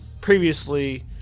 previously